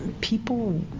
people